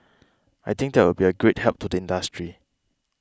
I think that will be a great help to the industry